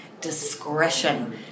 discretion